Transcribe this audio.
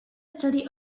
study